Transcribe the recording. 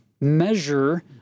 measure